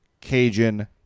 Cajun